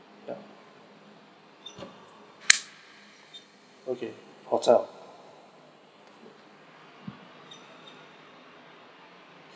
okay hotel